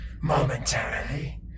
momentarily